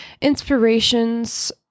inspirations